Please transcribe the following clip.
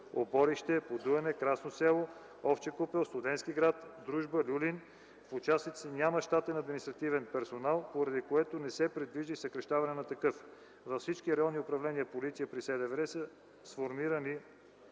„Оборище”, „Подуяне”, „Красно село”, „Овча купел”, „Студентски град”, „Дружба”, „Люлин”. В участъците няма щатен административен персонал, поради което не се предвижда и съкращаване на такъв. Във всички районни управление „Полиция” при СДВР са сформирани